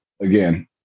Again